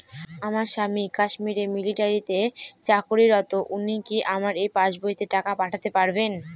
আমার স্বামী কাশ্মীরে মিলিটারিতে চাকুরিরত উনি কি আমার এই পাসবইতে টাকা পাঠাতে পারবেন?